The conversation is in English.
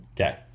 Okay